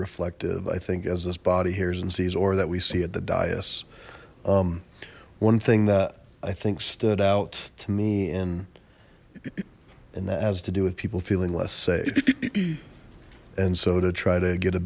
reflective i think as this body hears and sees or that we see at the dyess one thing that i think stood out to me and and that has to do with people feeling less safe and so to try to get a